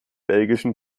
belgischen